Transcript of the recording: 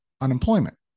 unemployment